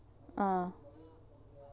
ah